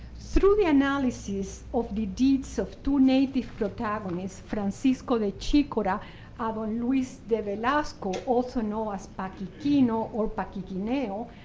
through the analysis of the deeds of two native protagonists, francisco de chicora and ah don luis de velasco, also known as paquiquino or paquiquineo,